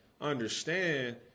understand